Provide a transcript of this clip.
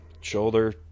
shoulder